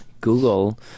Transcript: Google